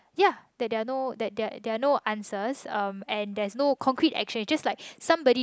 ya that there are no that there there are no answers um and there's no concrete action just like somebody